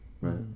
Right